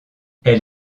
elle